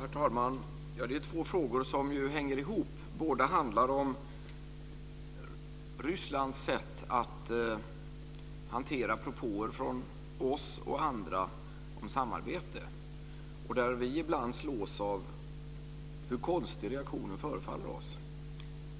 Herr talman! Detta är två frågor som hänger ihop. Båda handlar om Rysslands sätt att hantera propåer från oss och andra om samarbete. Vi slås ibland av hur konstig deras reaktion förefaller oss.